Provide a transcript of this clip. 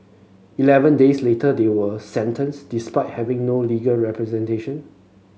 eleven days later they were sentenced despite having no legal representation